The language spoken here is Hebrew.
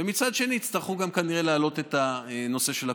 ומצד שני יצטרכו כנראה להעלות את הנושא של הקופות.